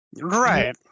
right